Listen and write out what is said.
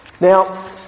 Now